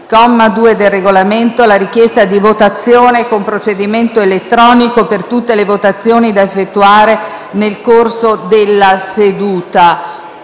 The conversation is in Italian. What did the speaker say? comma 2, del Regolamento, la richiesta di votazione con procedimento elettronico per tutte le votazioni da effettuare nel corso della seduta.